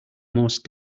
most